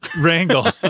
Wrangle